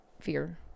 fear